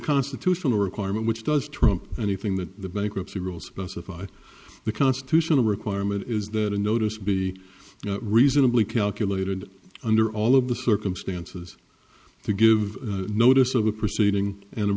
constitutional requirement which does trump anything that the bankruptcy rules about survive the constitutional requirement is that a notice be reasonably calculated under all of the circumstances to give notice of a proceeding and